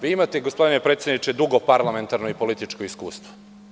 Vi imate, gospodine predsedniče dugo parlamentarno i političko iskustvo.